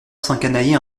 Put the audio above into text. s’encanailler